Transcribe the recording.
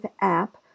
app